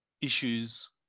issues